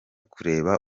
kureba